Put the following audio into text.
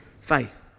faith